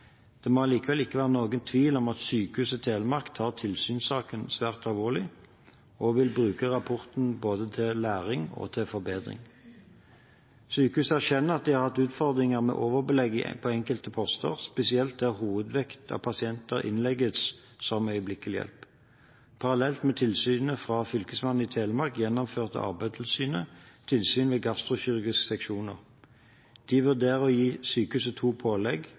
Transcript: Det må allikevel ikke være noen tvil om at Sykehuset Telemark tar tilsynssaken svært alvorlig og vil bruke rapporten til både læring og forbedring. Sykehuset erkjenner at de har hatt utfordringer med overbelegg ved enkelte poster, spesielt der hovedvekten av pasientene innlegges som øyeblikkelig hjelp-pasienter. Parallelt med tilsynet fra Fylkesmannen i Telemark gjennomførte Arbeidstilsynet tilsyn ved gastrokirurgiske seksjoner. De vurderer å gi sykehuset to pålegg,